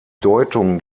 deutung